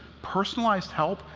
personalized help,